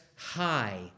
high